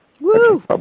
Woo